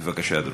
בבקשה, אדוני.